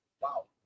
Wow